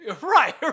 Right